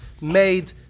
made